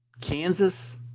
Kansas